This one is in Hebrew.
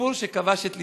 בסיפור שכבש את לבי.